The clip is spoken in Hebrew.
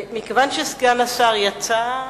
מכיוון שסגן השר יצא,